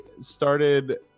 started